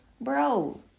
bro